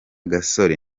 gasore